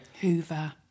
Hoover